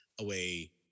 away